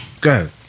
Go